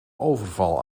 overval